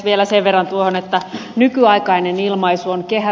vielä sen verran tuohon että nykyaikainen ilmaisu on kehä